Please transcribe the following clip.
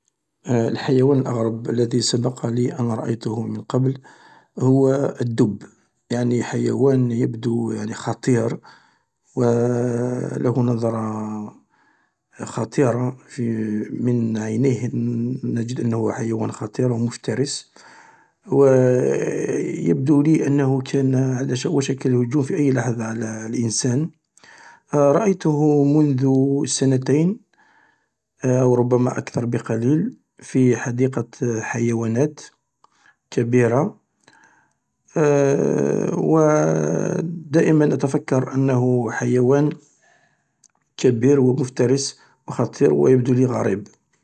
الحيوان الأغرب الذي سبق لي أن رأيته من قبل هو الدب يعني حيوان يبدو خطير و له نضرة خطيرة من عينه تجد أنه حيوان خطير و مفترس و يبدو لي أنه كان على وشك الهجوم في أي لحظة على الإنسان رأيته منذ سنين او ربما أكثر بقليل في حديقة حيوانات كبيرة و دائما أتفكر أنه حيوان كبير و مفترس و خطير و يبدولي غريب.